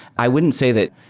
i wouldn't say that